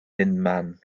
unman